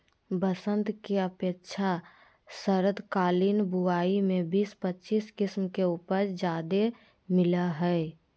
बसंत के अपेक्षा शरदकालीन बुवाई में बीस पच्चीस किस्म के उपज ज्यादे मिलय हइ